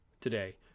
today